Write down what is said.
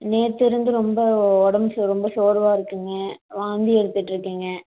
நேற்றிருந்து ரொம்ப உடம்பு ரொம்ப சோர்வாக இருக்குங்க வாந்தி எடுத்துட்டுருக்கேங்க